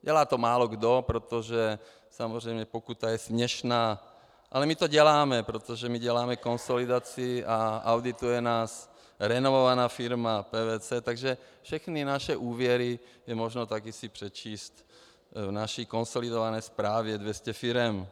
Dělá to málokdo, protože samozřejmě pokuta je směšná, ale my to děláme, protože my děláme konsolidaci a audituje nás renomovaná firma PwC , takže všechny naše úvěry je možné také si přečíst v naší konsolidované zprávě, 200 firem.